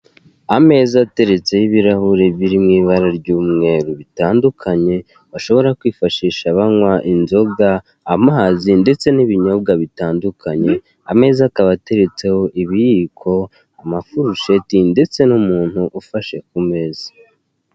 Ameza ateretseho ibirahure biri mu ibara ry'umweru bitandukanye bashobora kwifashisha banywa inzoga, amazi ndetse n'ibinyobwa bitandukanye, ameza akaba ateretseho ibiyiko amafurusheti ndetse n'umuntu ufashe ku meza.